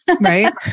right